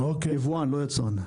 יבואן לא יצרן.